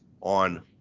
on